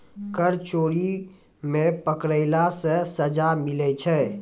कर चोरी मे पकड़ैला से सजा मिलै छै